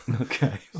Okay